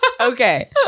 Okay